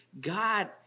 God